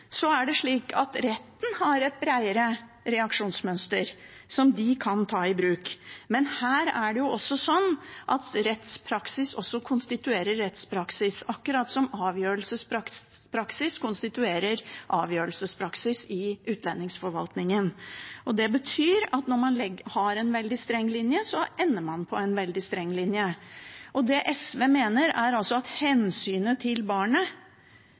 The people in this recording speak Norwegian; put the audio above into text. Så det er ganske forstemmende å høre på det som statsråden sier. Det er riktig at når sakene kommer til retten, har retten et bredere reaksjonsmønster som de kan ta i bruk. Men rettspraksis konstituerer rettspraksis, akkurat som avgjørelsespraksis konstituerer avgjørelsespraksis i utlendingsforvaltningen, og det betyr at når man har en veldig streng linje, ender man på en veldig streng linje. Det SV mener, er at hensynet til barnet